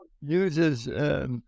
uses